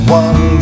one